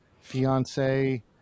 fiance